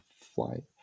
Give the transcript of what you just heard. fly